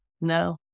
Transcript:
no